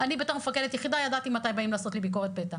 כמפקדת יחידה ידעתי מתי באים לעשות לי ביקורת פתע.